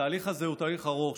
התהליך הזה הוא תהליך ארוך,